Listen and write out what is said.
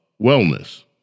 wellness